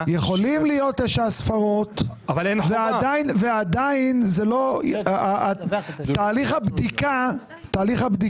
יכולות להיות תשע ספרות ועדיין תהליך הבדיקה,